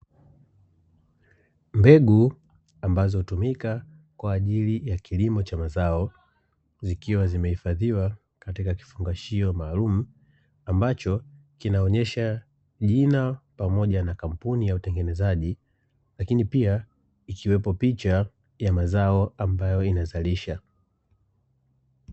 Mbegu ambazo hutumika kwa ajili ya kilimo cha maza,o zikiwa zimehifadhiwa katika kifungashio maalumu, ambacho kinaonyesha jina pamoja na kampuni ya utengenezaji lakini pia ikiwepo picha ya mazao ambayo inazalisha.